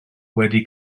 wedi